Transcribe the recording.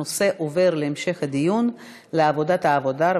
הנושא עובר להמשך הדיון לוועדת העבודה,